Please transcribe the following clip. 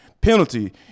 Penalty